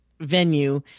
venue